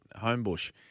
Homebush